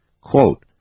quote